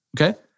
Okay